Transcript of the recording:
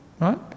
right